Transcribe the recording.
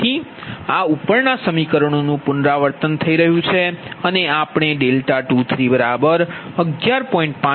તેથી આ ઉપરનાં સમીકરણોનું પુનરાવર્તન કરી રહ્યું છે અને આપણે 23 11